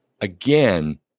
Again